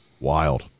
Wild